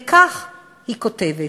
וכך היא כותבת: